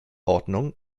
ordnung